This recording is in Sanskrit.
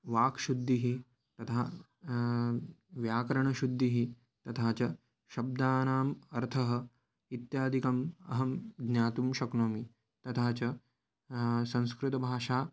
वाक्शुद्धिः तथा व्याकरणशुद्धिः तथा च शब्दानाम् अर्थः इत्यादिकम् अहं ज्ञातुं शक्नोमि तथा च संस्कृतभाषा